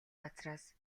газраас